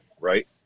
right